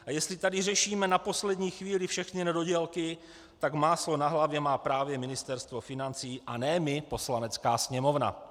A jestli tady řešíme na poslední chvíli všechny nedodělky, tak máslo na hlavě má právě Ministerstvo financí a ne my, Poslanecká sněmovna.